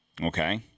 Okay